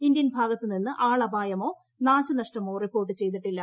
Indian ഭാഗത്തു നിന്നും ആളപായമോ പരിക്കോ റിപ്പോർട്ട് ചെയ്തിട്ടില്ല